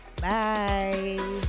bye